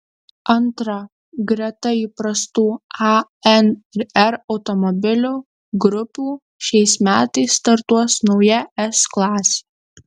antra greta įprastų a n ir r automobilių grupių šiais metais startuos nauja s klasė